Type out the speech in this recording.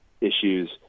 issues